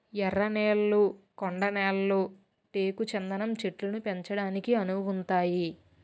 ఎర్ర నేళ్లు కొండ నేళ్లు టేకు చందనం చెట్లను పెంచడానికి అనువుగుంతాయి